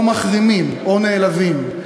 או מחרימים, או נעלבים.